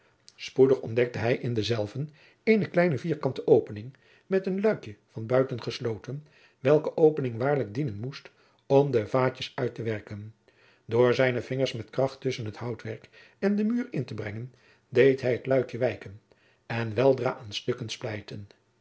spoedig ontdekte hij in denzelven eene kleine vierkante opening met een luikje van buiten gesloten welke opening waarschijnlijk dienen moest om de vaatjens uittewerken door zijne vingers met kracht tusschen het houtwerk en den muur in te brengen deed hij het luikje wijken en weldra aan stukken splijten